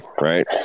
right